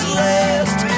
last